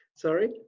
Sorry